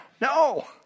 No